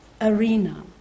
arena